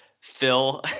Phil